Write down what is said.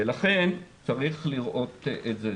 לכן צריך לראות את זה.